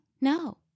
No